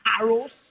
arrows